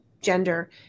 gender